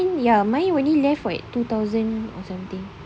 mine ya mine only left like two thousand or something